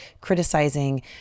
criticizing